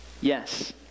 Yes